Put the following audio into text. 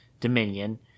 Dominion